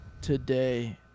today